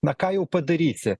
na ką jau padarysi